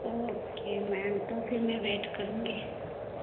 okay ma'am تو پھر میں ویٹ کروں گی